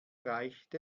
reicht